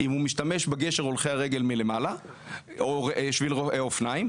אם הוא משתמש בגשר הולכי הרגל מלמעלה או שביל אופניים,